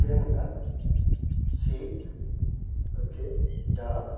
किदें म्हणटात शीत ओके दाळ